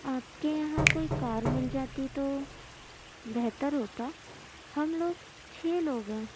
آپ کے یہاں کوئی کار مل جاتی تو بہتر ہوتا ہم لوگ چھ لوگ ہیں